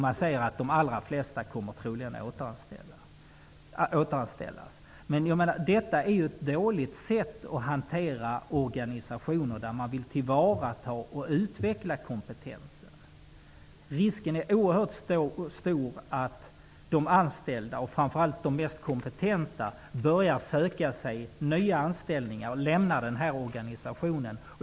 Man säger att de allra flesta troligen kommer att återanställas. Detta är ett dåligt sätt att hantera organisationer där man vill tillvarata och utveckla kompetens. Risken är oerhört stor att de anställda, framför allt de mest kompetenta, börjar söka sig nya anställningar och lämnar organisationen.